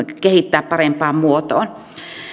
kehittää parempaan muotoon